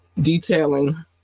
detailing